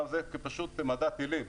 זה מדע טילים.